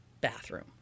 Bathroom